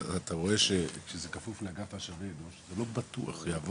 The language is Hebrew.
אבל אתה רואה שכשזה כפוף לאגף משאבי אנוש זה לא בטוח יעבוד.